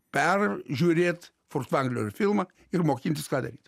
peržiūrėt fortvanglerio filmą ir mokintis ką daryt